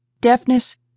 deafness